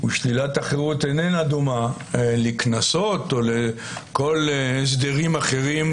והיא אינה דומה לקנסות או לכל הסדרים אחרים